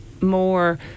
more